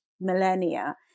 millennia